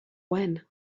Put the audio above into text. when